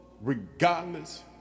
Regardless